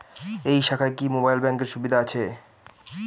এই শাখায় কি মোবাইল ব্যাঙ্কের সুবিধা আছে?